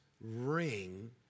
ring